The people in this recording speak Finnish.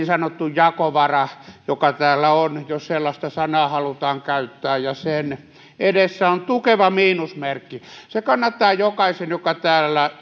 sanottu jakovara joka täällä on jos sellaista sanaa halutaan käyttää ja sen edessä on tukeva miinusmerkki se kannattaa jokaisen joka täällä